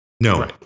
No